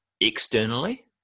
externally